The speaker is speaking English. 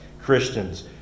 christians